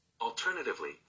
Alternatively